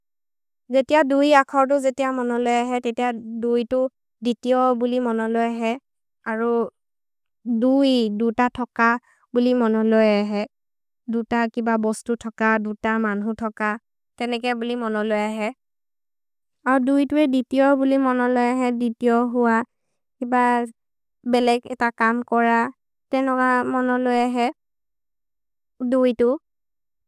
जे तिअ दुइ अखोदु जे तिअ मोनोलोएजे, ते तिअ दुइतु दितिओ बुलि मोनोलोएजे, अरु दुइ, दुत थोक बुलि मोनोलोएजे, दुत किब बोस्तु थोक, दुत मन्हु थोक, तेनेके बुलि मोनोलोएजे। अरु दुइतु ए दितिओ बुलि मोनोलोएजे, दितिओ हुअ, किब बेले एत कम् कोर, तेनोग मोनोलोएजे दुइतु।